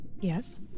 Yes